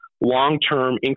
long-term